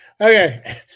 Okay